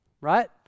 right